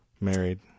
Married